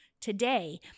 today